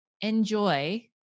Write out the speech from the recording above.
enjoy